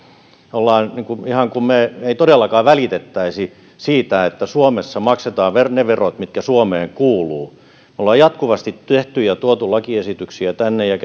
olemme ihan kuin me emme todellakaan välittäisi siitä että suomessa maksetaan ne verot mitkä suomeen kuuluvat me olemme jatkuvasti tehneet ja tuoneet lakiesityksiä tänne ja